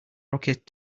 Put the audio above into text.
rocket